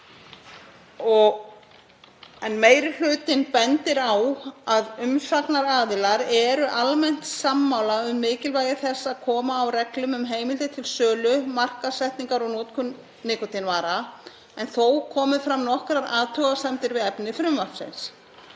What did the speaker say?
Meiri hlutinn bendir á að umsagnaraðilar eru almennt sammála um mikilvægi þess að koma á reglum um heimildir til sölu, markaðssetningar og notkunar nikótínvara, en þó komu fram nokkrar athugasemdir við efni frumvarpsins.